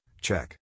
Check